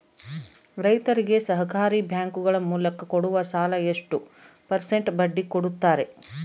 ರೈತರಿಗೆ ಸಹಕಾರಿ ಬ್ಯಾಂಕುಗಳ ಮೂಲಕ ಕೊಡುವ ಸಾಲ ಎಷ್ಟು ಪರ್ಸೆಂಟ್ ಬಡ್ಡಿ ಕೊಡುತ್ತಾರೆ?